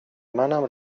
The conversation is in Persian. منم